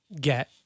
get